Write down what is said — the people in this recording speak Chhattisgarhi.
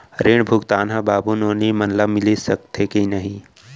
ऋण भुगतान ह बाबू नोनी मन ला मिलिस सकथे की नहीं?